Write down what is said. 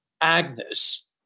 Agnes